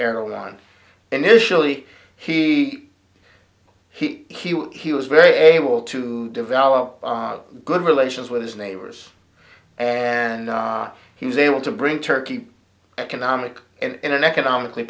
airline and initially he he he he was very able to develop good relations with his neighbors and he was able to bring turkey economic and an economically